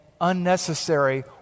unnecessary